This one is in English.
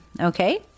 okay